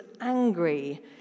angry